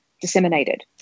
disseminated